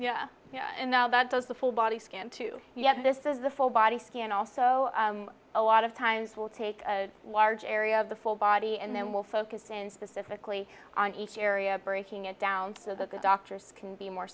all and now that those a full body scan to yes this is the full body scan also a lot of times we'll take a large area of the full body and then we'll focus in specifically on each area breaking it down so that the doctors can be more